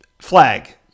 Flag